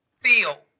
feel